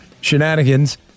Shenanigans